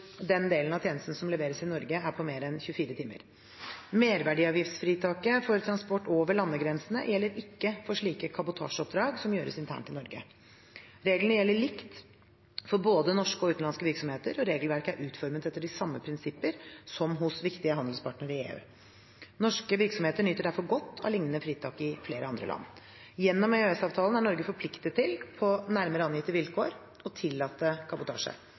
den delen av tjenesten som leveres i Norge, er på mer enn 24 timer. Merverdiavgiftsfritaket for transport over landegrensene gjelder ikke for slike kabotasjeoppdrag som gjøres internt i Norge. Reglene gjelder likt for både norske og utenlandske virksomheter, og regelverket er utformet etter de samme prinsipper som hos viktige handelspartnere i EU. Norske virksomheter nyter derfor godt av lignende fritak i flere andre land. Gjennom EØS-avtalen er Norge forpliktet til, på nærmere angitte vilkår, å tillate kabotasje.